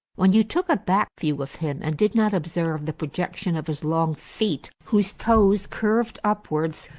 when you took a back view of him and did not observe the pro jection of his long feet, whose toes curved upwards,